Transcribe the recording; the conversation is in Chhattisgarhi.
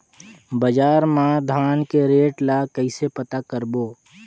बजार मा धान के रेट ला कइसे पता करबो?